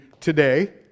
today